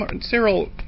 Cyril